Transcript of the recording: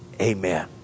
amen